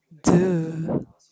!duh!